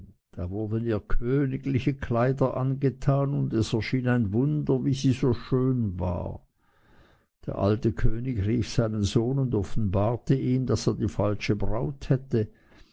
da wurden ihr königliche kleider angetan und es schien ein wunder wie sie so schön war der alte könig rief seinen sohn und offenbarte ihm daß er die falsche braut hätte